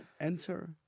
enter